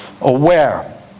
Aware